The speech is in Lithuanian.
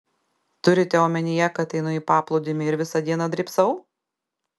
turite omenyje kad einu į paplūdimį ir visą dieną drybsau